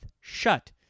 shut